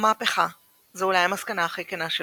המהפכה, זו אולי המסקנה הכי כנה שלו,